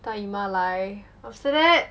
大姨妈来 after that